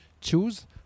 choose